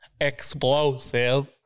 Explosive